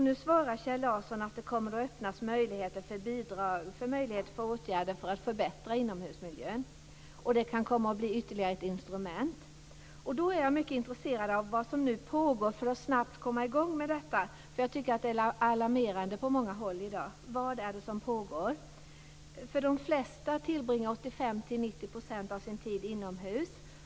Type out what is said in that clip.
Nu svarar Kjell Larsson att det kommer att öppnas möjligheter till bidrag för åtgärder för att förbättra inomhusmiljön. Det kan komma att bli ytterligare ett instrument. Jag är mycket intresserad av att få veta vad som nu pågår för att vi snabbt skall kunna komma i gång med detta. Jag tycker att situationen är alarmerande på många håll i dag. Vad är det som pågår? De flesta tillbringar 85-90 % av sin tid inomhus.